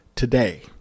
Today